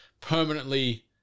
permanently